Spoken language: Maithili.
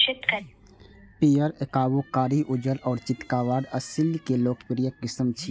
पीयर, याकूब, कारी, उज्जर आ चितकाबर असील के लोकप्रिय किस्म छियै